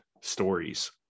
stories